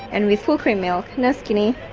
and with full cream milk, no skinny.